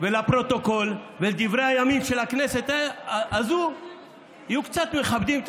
ולפרוטוקול ולדברי הימים של הכנסת יהיו קצת מכבדים,